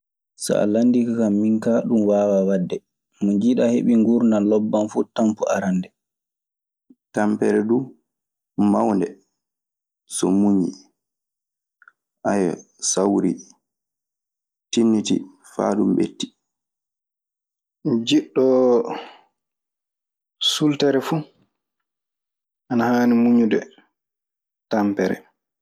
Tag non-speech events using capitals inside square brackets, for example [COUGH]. So a landike kan min kaa, ɗun waawaa waɗde. Mo njiiɗaa heɓii nguurndan lobban fuu tampu arannde. Tampere duu mawnde. So muñii, [HESITATION] sawrii, tinnitii faa ɗun ɓettii. Jiɗɗo sultere fu ana haani muñude tanpere.